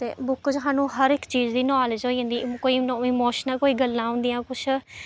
ते बुक च सानूं हर इक चीज दी नालेज होई जंदी कोई इमोशनल कोई गल्लां होंदियां कुछ